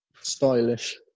Stylish